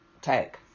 take